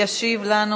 ישיב לנו,